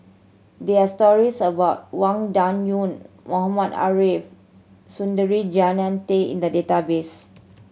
there are stories about Wang Dayuan Mohamed Ariff Suradi Jannie Tay in the database